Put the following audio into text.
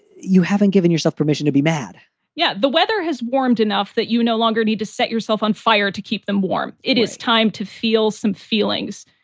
you haven't given yourself permission to be mad yeah, the weather has warmed enough that you no longer need to set yourself on fire to keep them warm. it is time to feel some feelings.